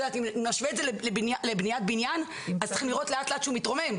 אם נשווה את זה לבניית בנין אז צריכים לראות לאט לאט שהוא מתרומם,